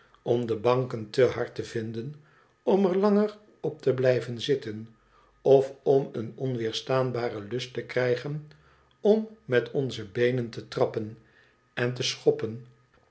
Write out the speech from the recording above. om de banken te hard te vinden om er langer op te blijven zitten of om een onweerstaanbare lust te krijgen om met onze beenen te trappen en te schoppen